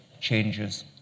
changes